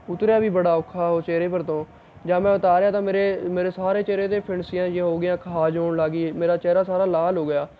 ਉਤਰਿਆ ਵੀ ਬੜਾ ਔਖਾ ਉਹ ਚਿਹਰੇ ਪਰ ਤੋਂ ਜ ਮੈਂ ਉਤਾਰਿਆ ਤਾਂ ਮੇਰੇ ਮੇਰੇ ਸਾਰੇ ਚਿਹਰੇ 'ਤੇ ਫਿਨਸੀਆਂ ਜਿਹੀਆਂ ਹੋ ਗਈਆਂ ਖਾਜ ਹੋਣ ਲੱਗ ਗਈ ਮੇਰਾ ਚਿਹਰਾ ਸਾਰਾ ਲਾਲ ਹੋ ਗਿਆ